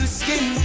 skin